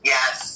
Yes